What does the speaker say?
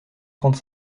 trente